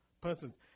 persons